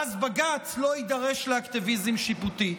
ואז בג"ץ לא יידרש לאקטיביזם שיפוטי.